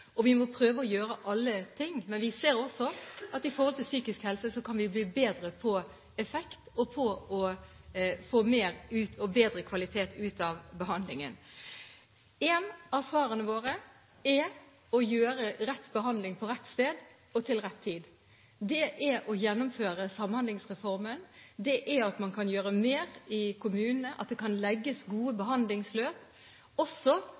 og vi må prøve å gjøre alt. Men vi ser også at når det gjelder psykisk helse, kan vi bli bedre på effekt og på å få mer – og bedre kvalitet – ut av behandlingen. Et av svarene våre er rett behandling på rett sted og til rett tid. Det er å gjennomføre Samhandlingsreformen, det er at man kan gjøre mer i kommunene, at det kan legges gode behandlingsløp, også